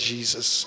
Jesus